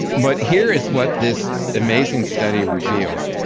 but here is what this amazing study revealed.